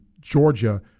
Georgia